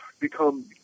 become